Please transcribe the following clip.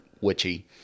witchy